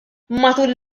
matul